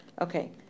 Okay